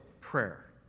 prayer